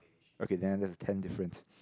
okay then that's the tenth difference